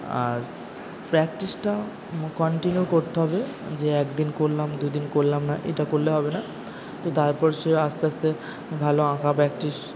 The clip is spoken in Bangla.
আর প্র্যাকটিসটা কন্টিনিউ করতে হবে যে একদিন করলাম দুদিন করলাম না এটা করলে হবে না তো তারপর সে আস্তে আস্তে ভালো আঁকা প্র্যাকটিস